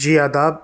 جی آداب